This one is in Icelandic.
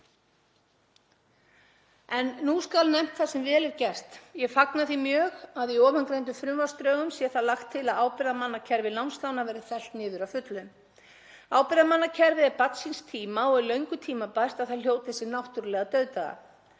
En nú skal nefnt það sem vel er gert. Ég fagna því mjög að í ofangreindum frumvarpsdrögum sé það lagt til að ábyrgðarmannakerfi námslána verði fellt niður að fullu. Ábyrgðarmannakerfið er barn síns tíma og löngu tímabært að það hljóti sinn náttúrlega dauðdaga.